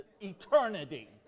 eternity